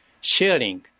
sharing